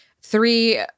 three